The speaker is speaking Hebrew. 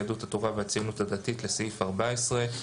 יהדות התורה והציונות הדתית לסעיף 14: